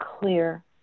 clear